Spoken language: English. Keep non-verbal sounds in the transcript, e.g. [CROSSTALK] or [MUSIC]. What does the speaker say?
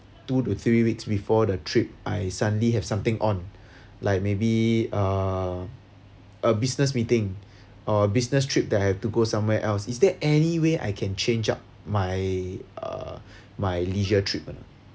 two to three weeks before the trip I suddenly have something on [BREATH] like maybe a a business meeting or business trip that I have to go somewhere else is there any way I can change up my uh my leisure trip or not